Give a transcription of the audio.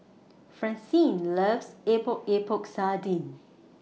Francine loves Epok Epok Sardin